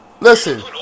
Listen